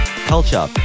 culture